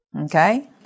Okay